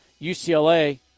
UCLA